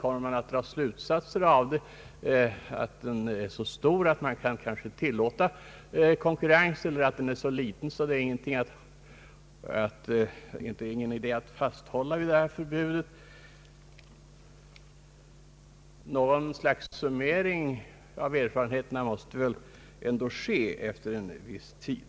Kommer man att dra slutsatsen att trafiken är så omfattande att konkurrens kan tillåtas eller att den är så obetydlig att det inte är någon idé att fasthålla vid förbudet? Något slags summering av erfarenheterna måste väl ändå ske efter en viss tid.